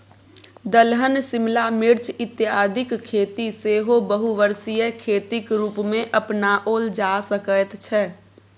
दलहन शिमला मिर्च इत्यादिक खेती सेहो बहुवर्षीय खेतीक रूपमे अपनाओल जा सकैत छै